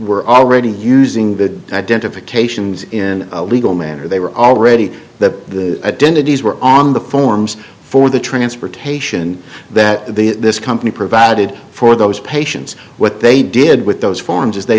were already using the identifications in a legal manner they were already the identities were on the forms for the transportation that the this company provided for those patients what they did with those forms is they